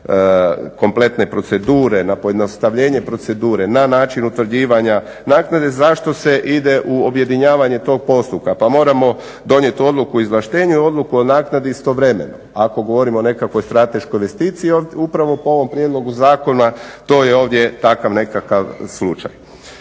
kompletne procedure, na pojednostavljenje procedure, na način utvrđivanja naknade zašto se ide u objedinjavanje tog postupka. Pa moramo donijeti odluku o izvlaštenju i odluku o naknadi istovremeno ako govorimo o nekakvoj strateškoj investiciji upravo po ovom prijedlogu zakona to je ovdje takav nekakav slučaj.